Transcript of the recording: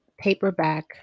paperback